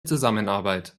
zusammenarbeit